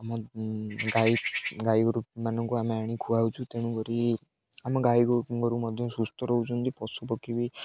ଆମ ଗାଈ ଗାଈ ଗୋରୁମାନଙ୍କୁ ଆମେ ଆଣି ଖୁଆଉଛୁ ତେଣୁକରି ଆମ ଗାଈ ଗୋରୁ ମଧ୍ୟ ସୁସ୍ଥ ରହୁନ୍ତି ପଶୁ ପକ୍ଷୀ ବି